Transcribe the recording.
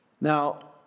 Now